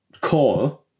call